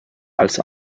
als